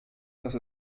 dass